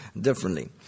differently